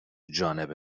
جانب